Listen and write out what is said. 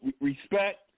respect